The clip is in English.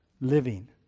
living